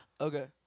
Okay